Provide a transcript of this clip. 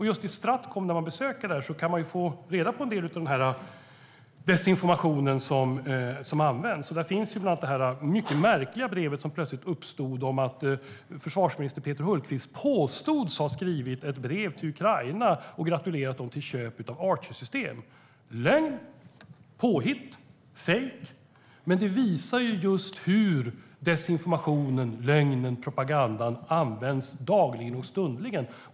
Just i Stratcom kan man få reda på en del av den desinformation som används. Där finns bland annat det mycket märkliga brev som plötsligt fanns. Försvarsminister Peter Hultqvist påstods ha skrivit ett brev till Ukraina och gratulerat dem till köp av Archersystem. Det är lögn, påhitt och fejk, men det visar just hur desinformationen, lögnen och propagandan används dagligen och stundligen.